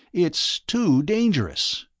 it's too dangerous.